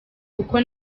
kuko